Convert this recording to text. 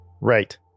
Right